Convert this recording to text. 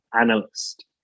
analyst